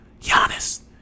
Giannis